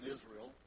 Israel